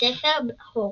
ספר הוגוורטס.